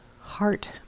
heart